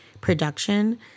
production